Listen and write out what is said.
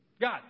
God